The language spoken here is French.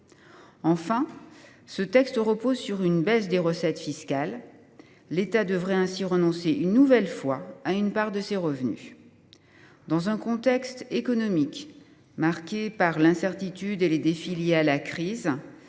Enfin, ce texte repose sur une baisse des recettes fiscales. L’État devrait, une nouvelle fois, renoncer à une part de ses revenus. Dans un contexte économique marqué par l’incertitude et les défis liés à la crise,